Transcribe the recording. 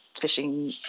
fishing